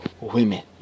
women